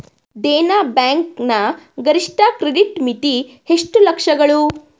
Dena bank ನ ಗರಿಷ್ಠ credit ಮಿತಿ ಎಷ್ಟು ಲಕ್ಷಗಳು?